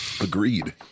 Agreed